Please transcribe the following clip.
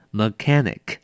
mechanic